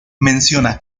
menciona